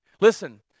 Listen